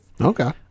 Okay